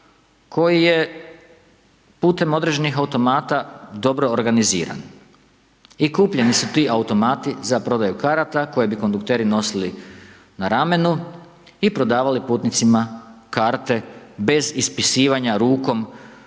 koji je putem određenih automata dobro organiziran. I kupljeni su ti automati za prodaju karata koji bi kondukteri nosili na ramenu i prodavali putnicima karte bez ispisivanja rukom